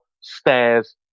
stairs